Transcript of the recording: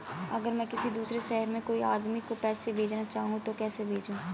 अगर मैं किसी दूसरे शहर में कोई आदमी को पैसे भेजना चाहूँ तो कैसे भेजूँ?